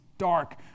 dark